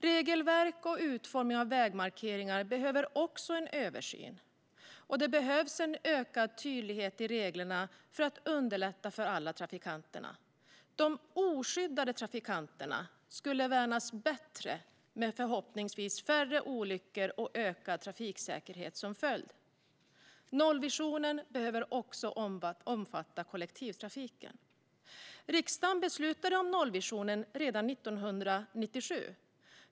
Regelverk och utformning av vägmarkeringar behöver också en översyn. Det behövs en ökad tydlighet i reglerna för att underlätta för alla trafikanter. De oskyddade trafikanterna skulle värnas bättre med förhoppningsvis färre olyckor och ökad trafiksäkerhet som följd. Nollvisionen behöver också omfatta kollektivtrafiken. Riksdagen fattade beslut om nollvisionen redan 1997.